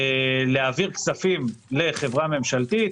היכולת שלנו להעביר כספים לחברה ממשלתית